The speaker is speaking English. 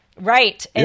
right